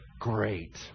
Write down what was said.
Great